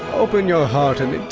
open your heart, and in